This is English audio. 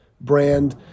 brand